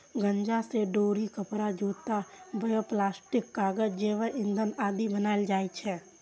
गांजा सं डोरी, कपड़ा, जूता, बायोप्लास्टिक, कागज, जैव ईंधन आदि बनाएल जाइ छै